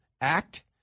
act